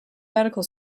medical